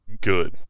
good